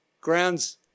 grounds